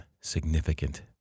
significant